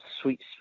sweet